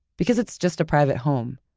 because it's just a private home.